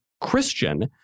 Christian